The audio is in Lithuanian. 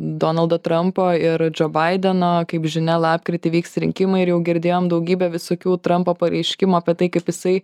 donaldo trampo ir džo baideno kaip žinia lapkritį vyks rinkimai ir jau girdėjom daugybę visokių trampo pareiškimų apie tai kaip jisai